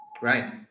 right